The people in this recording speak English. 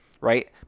right